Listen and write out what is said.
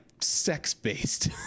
sex-based